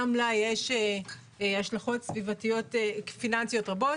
גם לה יש השלכות סביבתיות פיננסיות רבות.